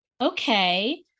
Okay